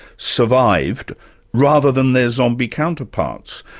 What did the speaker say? survived rather than their zombie counterparts?